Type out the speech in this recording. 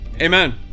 amen